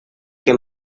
que